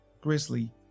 Grizzly